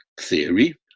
theory